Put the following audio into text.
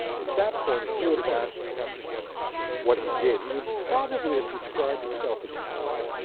at that point, if you would have asked him what he did, he would probably have described himself as a poet,